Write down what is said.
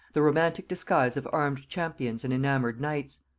the romantic disguise of armed champions and enamoured knights.